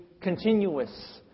continuous